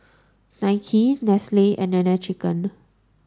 Nike Nestlre and Nene Chicken